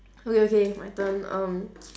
okay okay my turn um